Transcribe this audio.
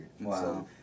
Wow